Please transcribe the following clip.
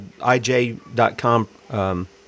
IJ.com